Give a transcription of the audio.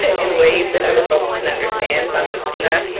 ah in ways that other folks can understand i'm just gonna